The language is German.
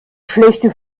schlechte